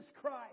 Christ